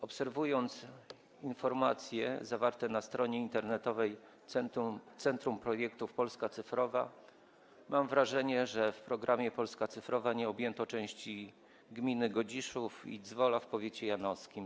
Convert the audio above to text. Obserwując informacje zawarte na stronie internetowej Centrum Projektów Polska Cyfrowa, mam wrażenie, że w programie „Polska cyfrowa” nie objęto części gminy Godziszów i Dzwola w powiecie janowskim.